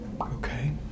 Okay